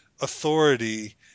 authority